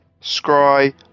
scry